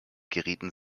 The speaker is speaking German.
gerieten